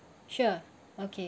sure okay